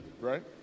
right